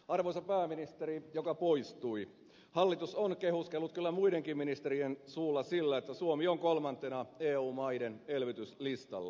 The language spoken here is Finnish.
arvoisa pääministeri joka poistui hallitus on kehuskellut kyllä muidenkin ministerien suulla sillä että suomi on kolmantena eu maiden elvytyslistalla